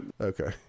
Okay